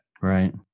Right